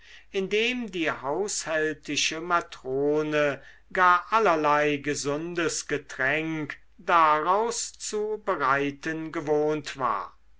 indem die haushältische matrone gar allerlei gesundes getränk daraus zu bereiten gewohnt war